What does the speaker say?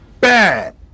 bad